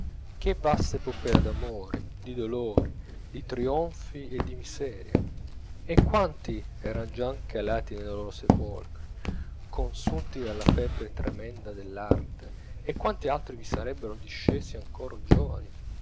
che vasta epopea d'amori di dolori di trionfi e di miserie e quanti eran già calati nel sepolcro consunti dalla febbre tremenda dell'arte e quanti altri vi sarebbero discesi ancor giovani